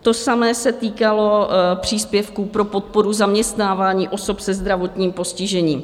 To samé se týkalo příspěvků pro podporu zaměstnávání osob se zdravotním postižením.